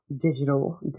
digital